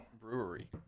brewery